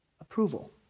approval